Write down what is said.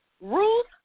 Ruth